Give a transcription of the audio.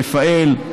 רפאל,